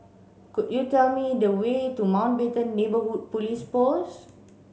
could you tell me the way to Mountbatten Neighbourhood Police Post